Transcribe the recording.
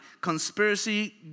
conspiracy